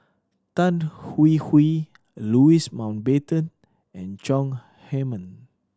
Tan Hwee Hwee Louis Mountbatten and Chong Heman